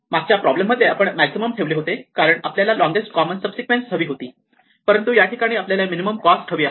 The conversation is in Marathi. मागच्या प्रॉब्लेम मध्ये आपण मॅक्सिमम ठेवले होते कारण आपल्याला लोंगेस्ट कॉमन सब सिक्वेन्स हवी होती परंतु या ठिकाणी आपल्याला मिनिमम कॉस्ट हवी आहे